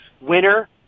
Winner